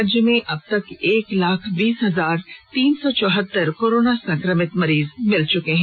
राज्य में अबतक एक लाख बीस हजार तीन सौ चौहतर कोरोना संक्रमित मिले चुके हैं